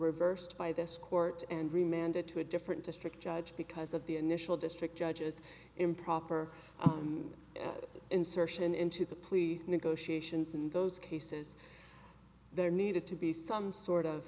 reversed by this court and re manda to a different district judge because of the initial district judges improper insertion into the plea negotiations in those cases there needed to be some sort of